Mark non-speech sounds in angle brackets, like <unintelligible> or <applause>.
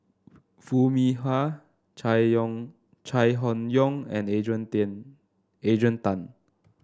Foo Mee Har Chai Yoong Chai Hon Yoong and Adrian <unintelligible> Adrian Tan